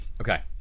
Okay